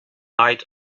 light